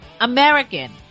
American